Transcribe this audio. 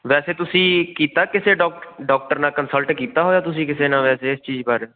ਵੈਸੇ ਤੁਸੀਂ ਕੀਤਾ ਕਿਸੇ ਡੋਕ ਡੋਕਟਰ ਨਾਲ ਕੰਸਲਟ ਕੀਤਾ ਹੋਇਆ ਤੁਸੀਂ ਕਿਸੇ ਨਾਲ ਵੈਸੇ ਇਸ ਚੀਜ਼ ਬਾਰੇ